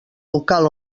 local